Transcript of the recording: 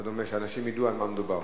שאנשים ידעו על מה מדובר.